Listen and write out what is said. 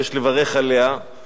אני במיוחד מברך עליה,